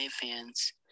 fans